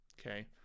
Okay